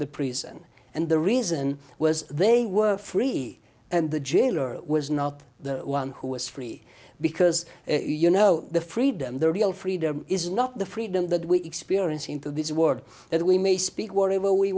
the prison and the reason was they were free and the jailer was not the one who was free because you know the freedom the real freedom is not the freedom that we experience into this world that we may speak wherever we